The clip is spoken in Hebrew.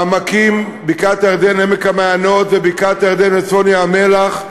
העמקים, עמק-המעיינות, ובקעת-הירדן וצפון ים-המלח,